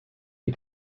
die